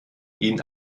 ihn